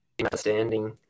understanding